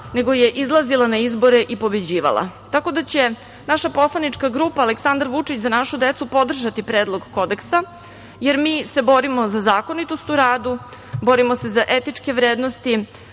nego je izlazila na izbore i pobeđivala, tako da će naša poslanička grupa Aleksandar Vučić – Za našu decu podržati Predlog kodeksa, jer mi se borimo za zakonitost u radu, borimo se za etičke vrednosti,